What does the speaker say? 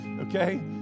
okay